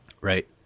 Right